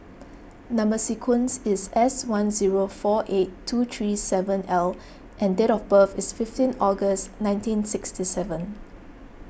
Number Sequence is S one zero four eight two three seven L and date of birth is fifteen August nineteen sixty seven